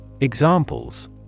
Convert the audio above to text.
Examples